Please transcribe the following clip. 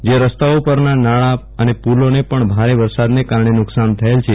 જે રસ્તાઓ પરના નાળા પુલોને પણ ભોર વરસાદને કારણે નુકશાન થયેલ છે